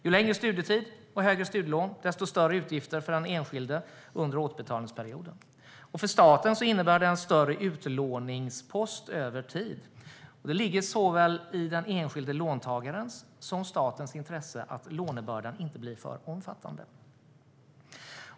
Ju längre studietid och högre studielån, desto större utgifter för den enskilde under återbetalningsperioden. Och för staten innebär det en större utlåningspost över tid. Det ligger i såväl den enskilde låntagarens som statens intresse att lånebördan inte blir för omfattande.